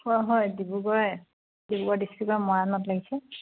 হয় হয় ডিব্ৰুগড় ডিব্ৰুগড় ডিষ্ট্ৰিকৰ মৰাণত লাগিছে